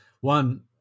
One